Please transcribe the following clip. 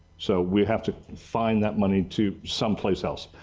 so we have to find that money to someplace else.